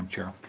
ah chair